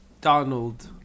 Donald